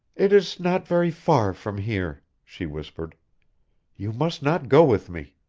it is not very far from here, she whispered you must not go with me.